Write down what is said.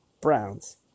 Browns